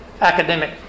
academic